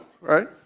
right